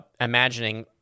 imagining